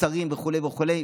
שרים וכו' וכו',